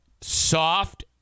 Soft